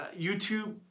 youtube